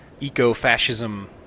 eco-fascism